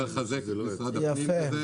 אני רוצה לחזק את משרד הפנים.